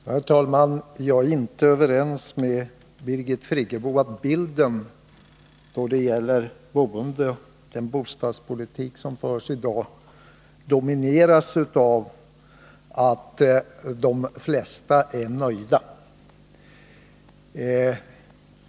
Herr talman! Jag är inte överens med Birgit Friggebo om bilden av den bostadspolitik som förs i dag. Det dominerande intrycket är inte att de flesta är nöjda.